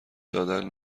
دادن